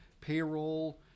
payroll